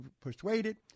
persuaded